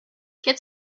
get